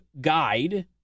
guide